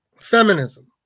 Feminism